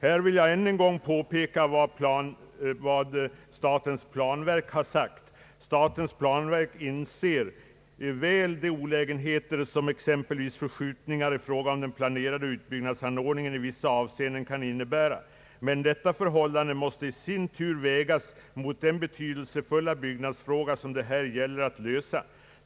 Jag vill än en gång påpeka vad statens planverk har sagt, nämligen: »Planverket inser väl de olägenheter som exempelvis förskjutningar i fråga om den planerade utbyggnadsordningen i vissa avseenden kan innebära, men detta förhållande måste i sin tur vägas mot den betydelsefulla byggnadsfråga som det här gäller att lösa.